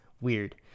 Weird